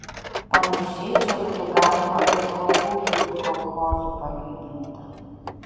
panašiai čia būtų galima ir kolūkį su kolchozu palyginti